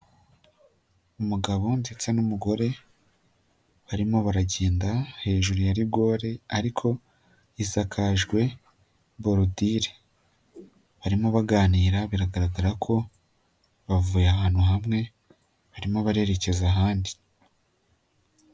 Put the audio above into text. Umugabo ndetse n'umugore barimo baragenda hejuru ya rigore ariko isakajwe borodire, barimo baganira biragaragara ko bavuye ahantu hamwe barimo barerekeza ahandi.